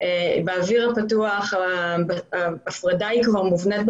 שיש בה הפרדה מובנת,